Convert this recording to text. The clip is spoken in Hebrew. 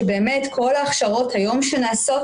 שבאמת כל ההכשרות שנעשות היום,